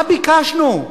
מה ביקשנו?